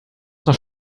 noch